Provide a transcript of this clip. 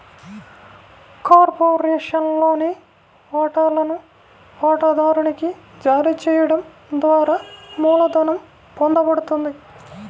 కార్పొరేషన్లోని వాటాలను వాటాదారునికి జారీ చేయడం ద్వారా మూలధనం పొందబడుతుంది